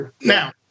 Now